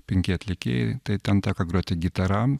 penki atlikėjai tai ten tenka groti gitara